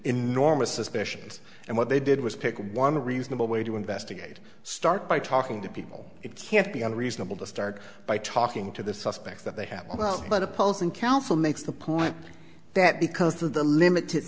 suspicions and what they did was pick one reasonable way to investigate start by talking to people it can't be unreasonable to start by talking to the suspects that they have but opposing counsel makes the point that because of the limited